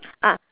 ah